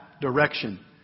direction